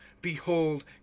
behold